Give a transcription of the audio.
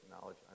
knowledge